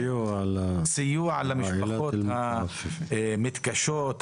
סיוע למשפחות המתקשות,